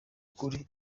kuri